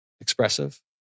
Expressive